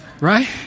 Right